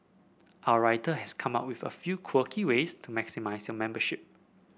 our writer has come up with a few quirky ways to maximise your membership